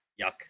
yuck